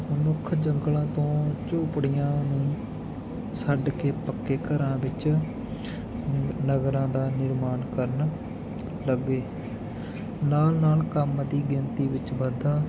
ਮਨੁੱਖ ਜੰਗਲਾਂ ਤੋਂ ਝੌਂਪੜੀਆਂ ਨੂੰ ਛੱਡ ਕੇ ਪੱਕੇ ਘਰਾਂ ਵਿੱਚ ਨਗਰਾਂ ਦਾ ਨਿਰਮਾਣ ਕਰਨ ਲੱਗੇ ਨਾਲ ਨਾਲ ਕੰਮ ਦੀ ਗਿਣਤੀ ਵਿੱਚ ਵਾਧਾ